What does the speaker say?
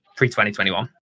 pre-2021